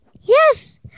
Yes